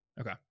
Okay